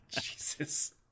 Jesus